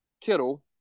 Kittle